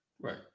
right